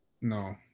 No